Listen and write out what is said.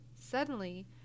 Suddenly